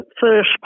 first